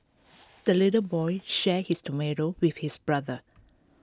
the little boy shared his tomato with his brother